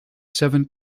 seven